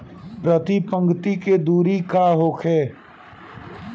प्रति पंक्ति के दूरी का होखे?